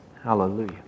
Hallelujah